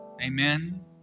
Amen